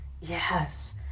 Yes